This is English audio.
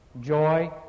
joy